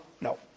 No